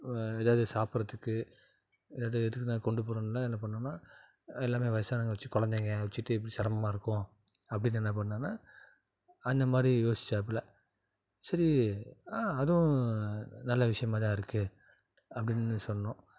எதாவது சாப்பிட்றதுக்கு எதாவது இதல்லாம் கொண்டு போகிறோம்ல என்ன பண்ணன்னால் எல்லாமே வயதானவங்க வச்சி கொழந்தைக வச்சிட்டு எப்படி சிரமம்மா இருக்கும் அப்படின்னு என்ன பண்ணன்னால் அந்தமாதிரி யோசித்தாப்புல சரி ஆ அதுவும் நல்ல விஷயமாதான் இருக்குது அப்படின்னு சொன்னோம்